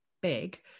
big